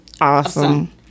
awesome